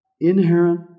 inherent